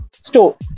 Store